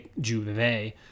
Juve